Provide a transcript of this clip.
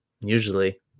Usually